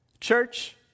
Church